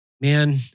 man